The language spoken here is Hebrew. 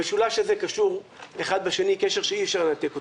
המשולש הזה קשור אחד בשני קשר שאי אפשר לנתק אותו.